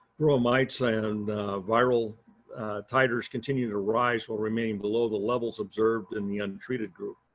varroa mites and viral titres continue to rise or remain below the levels observed in the untreated group.